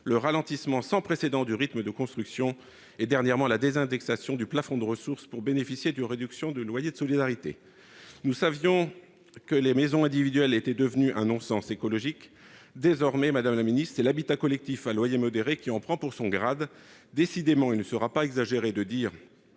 au ralentissement sans précédent du rythme des constructions et, dernièrement, à la désindexation du plafond de ressources pour bénéficier de la réduction du loyer de solidarité. Nous savions qu'à vos yeux les maisons individuelles étaient devenues un « non-sens écologique ». Désormais, c'est l'habitat collectif à loyer modéré qui en prend pour son grade. Décidément, il ne sera pas exagéré de dire